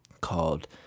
called